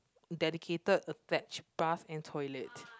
dedicated attached bath and toilet